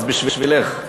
אז בשבילךְ: